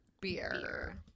beer